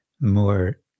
more